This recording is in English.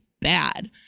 bad